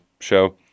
show